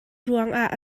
ruangah